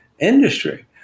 industry